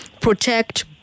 protect